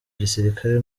gisirikare